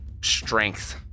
strength